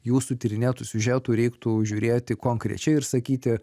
jūsų tyrinėtų siužetų reiktų žiūrėti konkrečiai ir sakyti